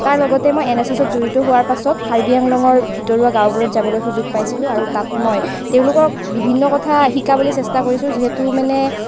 তাৰ লগতে মই এন এছ এছত জড়িত হোৱাৰ পিছত কাৰ্বি আংলঙৰ ভিতৰুৱা গাঁওবোৰত যাবলৈ সুযোগ পাইছিলোঁ আৰু তাত মই তেওঁলোকক বিভিন্ন কথা শিকাবলৈ চেষ্টা কৰিছোঁ যিহেতু মানে